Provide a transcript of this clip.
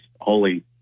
holy